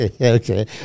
Okay